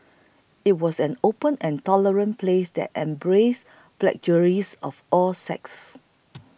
it was an open and tolerant place that embraced pugilists of all sects